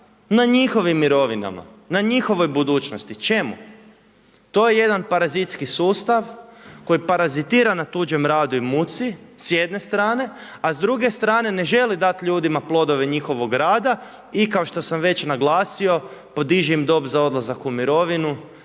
na njihovim mirovinama, na njihovoj budućnosti, čemu? To je jedan parazitski sustav, koji parazitira na tuđem radu i muci s jedne strane, a s druge strane ne želi dati ljudima plodove njihovog rada i kao što sam već naglasio podiže im dob za odlazak u mirovinu,